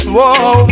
Whoa